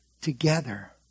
together